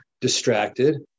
distracted